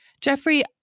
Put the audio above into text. Jeffrey